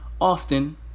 often